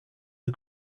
are